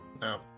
no